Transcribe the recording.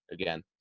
Again